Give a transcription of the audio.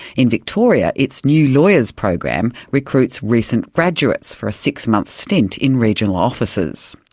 in victoria its new lawyers' program recruits recent graduates for a six-month stint in regional offices.